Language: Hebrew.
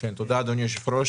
תודה, אדוני היושב-ראש.